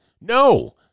No